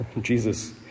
Jesus